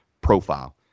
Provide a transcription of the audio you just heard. profile